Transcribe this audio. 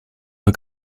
the